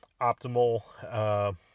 optimal